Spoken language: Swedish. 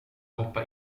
hoppa